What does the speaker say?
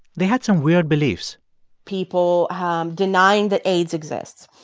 they had some weird beliefs people um denying that aids exists,